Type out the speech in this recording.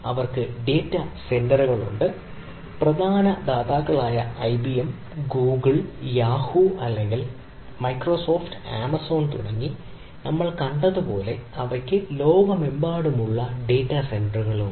അവർക്ക് ഡാറ്റാ സെന്ററുകളുണ്ട് പ്രധാന ദാതാക്കളായ ഐബിഎം ഗൂഗിൾ യാഹൂ അല്ലെങ്കിൽ മൈക്രോസോഫ്റ്റ് ആമസോൺ തുടങ്ങി നിരവധി നമ്മൾ കണ്ടതുപോലെ അവയ്ക്ക് ലോകമെമ്പാടുമുള്ള ഒരു വലിയ ഡാറ്റാ സെന്ററുകളുണ്ട്